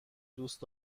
دوست